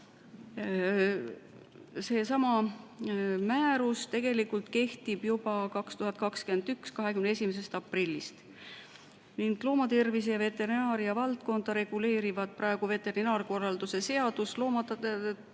Seesama määrus tegelikult kehtib juba 2021. aasta 21. aprillist. Loomatervise ja veterinaaria valdkonda reguleerivad praegu veterinaarkorralduse seadus,